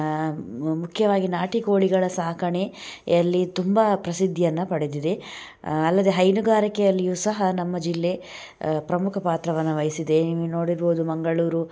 ಮು ಮುಖ್ಯವಾಗಿ ನಾಟಿ ಕೋಳಿಗಳ ಸಾಕಣೆ ಯಲ್ಲಿ ತುಂಬ ಪ್ರಸಿದ್ಧಿಯನ್ನು ಪಡೆದಿದೆ ಅಲ್ಲದೇ ಹೈನುಗಾರಿಕೆಯಲ್ಲಿಯು ಸಹ ನಮ್ಮ ಜಿಲ್ಲೆ ಪ್ರಮುಖ ಪಾತ್ರವನ್ನು ವಹಿಸಿದೆ ನೀವು ನೋಡಿರ್ಬೋದು ಮಂಗಳೂರು